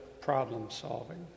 problem-solving